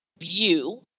view